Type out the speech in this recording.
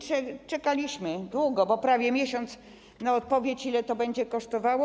Czekaliśmy długo, bo prawie miesiąc, na odpowiedź, ile to będzie kosztowało.